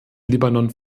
libanon